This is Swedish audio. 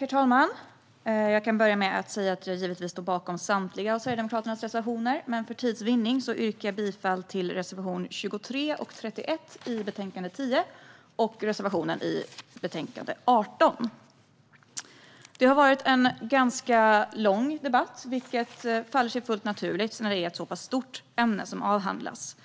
Herr talman! Jag vill börja med att säga att jag givetvis står bakom Sverigedemokraternas samtliga reservationer, men för tids vinnande yrkar jag bifall endast till reservationerna 23 och 31 i UU10 och reservationen i UU18. Debatten har varit ganska lång, vilket faller sig fullt naturligt eftersom ett så pass stort ämne avhandlas.